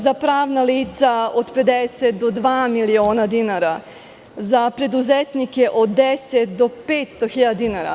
Za pravna lica od 50 do dva miliona dinara, za preduzetnike od 10 do 500 hiljada dinara.